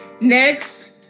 next